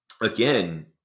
Again